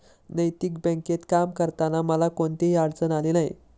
नैतिक बँकेत काम करताना मला कोणतीही अडचण आली नाही